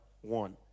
one